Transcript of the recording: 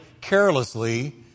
carelessly